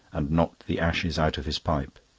and knocked the ashes out of his pipe.